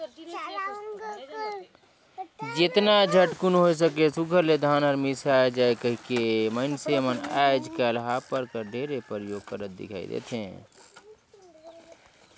जेतना झटकुन होए सके सुग्घर ले धान हर मिसाए जाए कहिके मइनसे मन आएज काएल हापर कर ढेरे परियोग करत दिखई देथे